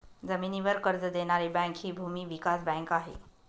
जमिनीवर कर्ज देणारी बँक हि भूमी विकास बँक आहे